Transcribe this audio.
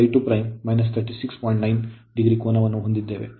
9 o ಕೋನವನ್ನು ಹೊಂದಿದ್ದೇವೆ